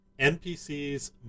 NPCs